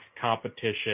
competition